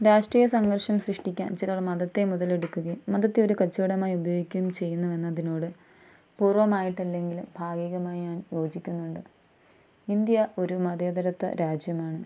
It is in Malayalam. രാഷ്ട്രീയ സംഘർഷം സൃഷ്ടിക്കാൻ ചിലർ മതത്തെ മുതലെടുക്കുകയും മതത്തെ ഒരു കച്ചവടമായി ഉപയോഗിക്കുകയും ചെയ്യുന്നു എന്നതിനോട് പൂർണമായിട്ട് അല്ലെങ്കിലും ഭാഗികമായി ഞാൻ യോജിക്കുന്നുണ്ട് ഇന്ത്യ ഒരു മതേതരത്വ രാജ്യമാണ്